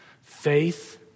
Faith